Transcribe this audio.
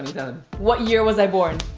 what year was i born?